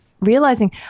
realizing